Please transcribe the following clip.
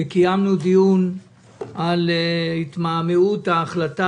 קיימנו דיון על התמהמהות ההחלטה